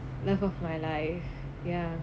love of my life ya